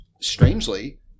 Strangely